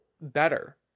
better